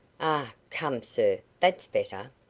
ah! come, sir, that's better.